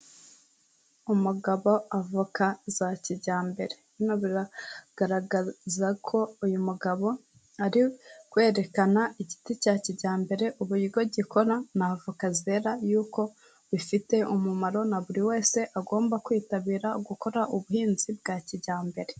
Umugabo, avoka za kijyambere, bino biragaragaza ko uyu mugabo ari kwerekana igiti cya kijyambere, uburyo gikora na avoka zera yuko bifite umumaro na buri wese agomba kwitabira gukora ubuhinzi bwa kijyambere.